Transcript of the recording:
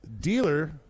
dealer